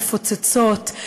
מפוצצות: